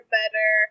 better